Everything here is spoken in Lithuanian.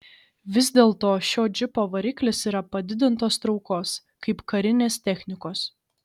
vis dėlto šio džipo variklis yra padidintos traukos kaip karinės technikos